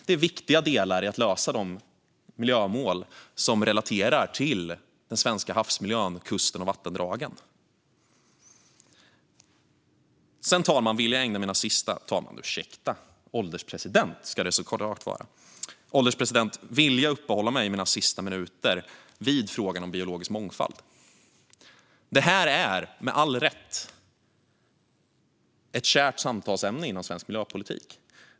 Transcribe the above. Det är viktiga delar i att klara de miljömål som relaterar till Sveriges havsmiljö, kust och vattendrag. Herr ålderspresident! Mina sista minuter vill jag uppehålla mig vid frågan om biologisk mångfald. Det är med all rätt ett kärt samtalsämne inom svensk miljöpolitik.